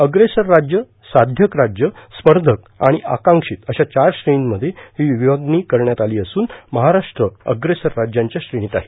अप्रेसर राज्य साध्यक राज्य स्पर्षक आणि आकांबित अशा चार श्रेणीमध्ये ही विभागणी करण्यात आली असून महाराष्ट्र अप्रेसर राज्यांच्या श्रेणीत आहे